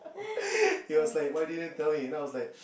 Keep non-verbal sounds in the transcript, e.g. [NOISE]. [LAUGHS] he was like why didn't tell me then I was like